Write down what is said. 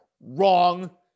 Wrong